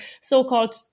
so-called